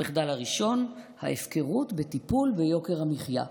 המחדל הראשון, ההפקרות בטיפול ביוקר המחיה.